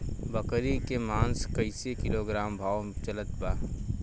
बकरी के मांस कईसे किलोग्राम भाव चलत बा?